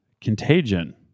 Contagion